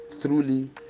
truly